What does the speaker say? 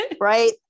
right